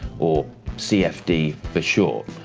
or cfd for short.